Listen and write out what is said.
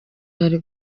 yari